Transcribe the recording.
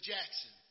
Jackson